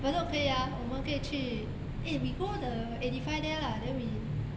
bedok 可以啊我们可以去 eh we go the eighty five there lah then we